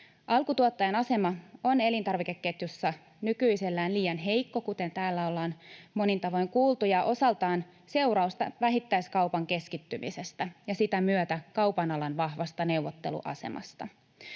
Alkutuottajan asema on elintarvikeketjussa nykyisellään liian heikko, kuten täällä ollaan monin tavoin kuultu, ja osaltaan seurausta vähittäiskaupan keskittymisestä ja sitä myötä kaupan alan vahvasta neuvotteluasemasta.